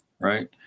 right